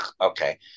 okay